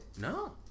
No